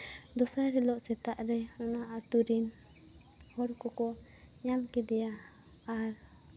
ᱫᱚᱥᱟᱨ ᱦᱤᱞᱳᱜ ᱥᱮᱛᱟᱜ ᱨᱮ ᱚᱱᱟ ᱟᱛᱳ ᱨᱤᱱ ᱦᱚᱲ ᱠᱚᱠᱚ ᱧᱟᱢ ᱠᱮᱫᱮᱭᱟ ᱟᱨ